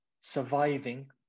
surviving